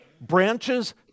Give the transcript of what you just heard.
Branches